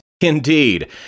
Indeed